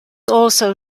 also